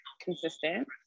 consistent